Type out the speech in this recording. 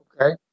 Okay